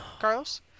Carlos